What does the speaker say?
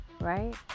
Right